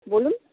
বলুন